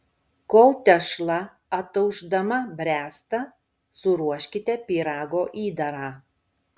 kol tešla ataušdama bręsta suruoškite pyrago įdarą